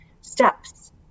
steps